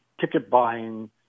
ticket-buying